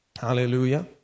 Hallelujah